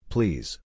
Please